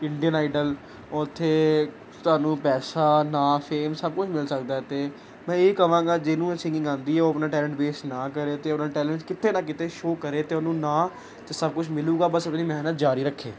Indian Idol ਉੱਥੇ ਤੁਹਾਨੂੰ ਪੈਸਾ ਨਾ ਫੇਮ ਸਭ ਕੁਝ ਮਿਲ ਸਕਦਾ ਅਤੇ ਮੈਂ ਇਹੀ ਕਹਾਂਗਾ ਜਿਹਨੂੰ ਇਹ ਸਿੰਗਿੰਗ ਆਉਂਦੀ ਹੈ ਉਹ ਆਪਣਾ ਟੈਲੈਂਟ ਵੇਸਟ ਨਾ ਕਰੇ ਅਤੇ ਉਹ ਆਪਣਾ ਟੈਲੈਂਟ ਕਿਤੇ ਨਾ ਕਿਤੇ ਸ਼ੋ ਕਰੇ ਅਤੇ ਉਹਨੂੰ ਨਾਮ ਅਤੇ ਸਭ ਕੁਛ ਮਿਲੂਗਾ ਬਸ ਆਪਣੀ ਮਿਹਨਤ ਜਾਰੀ ਰੱਖੇ